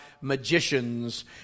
magicians